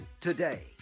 today